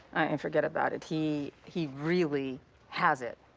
and forget about it. he he really has it.